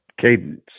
cadence